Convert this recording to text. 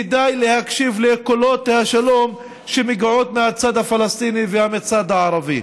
כדאי להקשיב לקולות השלום שמגיעים מהצד הפלסטיני ומהצד הערבי.